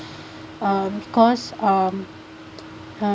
uh because um uh